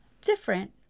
Different